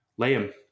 Liam